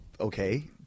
okay